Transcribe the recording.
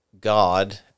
God